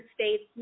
states